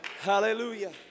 Hallelujah